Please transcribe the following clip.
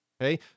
okay